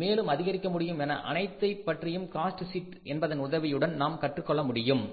மேலும் அதிகரிக்க முடியும் என அனைத்தை பற்றியும் காஸ்ட் ஷீட் என்பதன் உதவியுடன் நாம் கற்றுக்கொள்ள முடியும்